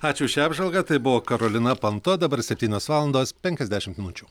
ačiū už šią apžvalgą tai buvo karolina panto dabar septynios valandos penkiasdešim minučių